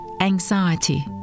anxiety